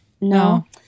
No